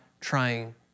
trying